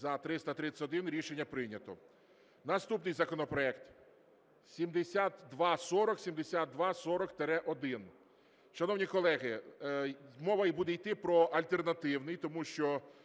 За-331 Рішення прийнято. Наступний законопроект 7240, 7240-1. Шановні колеги, мова буде йти про альтернативний, тому що